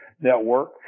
network